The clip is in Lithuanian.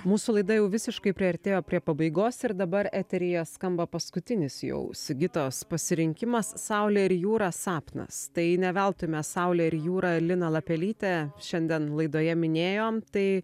mūsų laida jau visiškai priartėjo prie pabaigos ir dabar eteryje skamba paskutinis jau sigitos pasirinkimas saulė ir jūra sapnas tai ne veltui mes saulę ir jūrą liną lapelytę šiandien laidoje minėjom tai